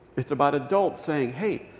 it's about adults saying, hey,